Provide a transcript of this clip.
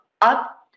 up